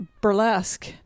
burlesque